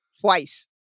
twice